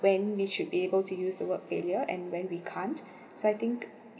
when we should be able to use the word failure and when we can't so I think